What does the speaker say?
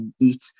eat